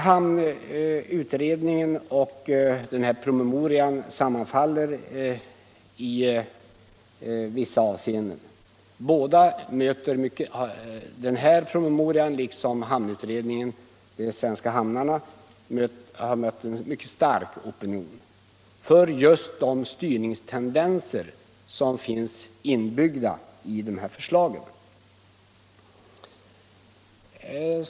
Hamnutredningen De svenska hamnarna och promemorian sammanfaller i vissa avseenden. Båda har mött en mycket stark kritik mot de styrningstendenser som finns inbyggda i förslagen.